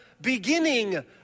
beginning